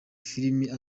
film